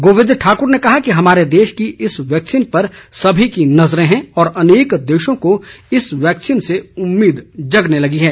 गोविंद ठाक्र ने कहा कि हमारे देश की इस वैक्सीन पर सभी की नजरें हैं और अनेक देशों को इस वैक्सीन से उम्मीद जगने लगी है